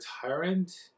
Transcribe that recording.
tyrant